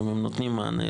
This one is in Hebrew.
האם הם נותנים מענה,